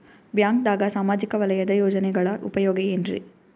ಬ್ಯಾಂಕ್ದಾಗ ಸಾಮಾಜಿಕ ವಲಯದ ಯೋಜನೆಗಳ ಉಪಯೋಗ ಏನ್ರೀ?